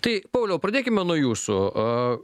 tai pauliau pradėkime nuo jūsų o